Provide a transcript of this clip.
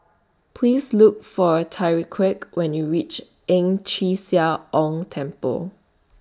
Please Look For Tyrique when YOU REACH Ang Chee Sia Ong Temple